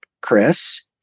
Chris